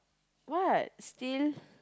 what still